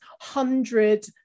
hundred